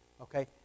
Okay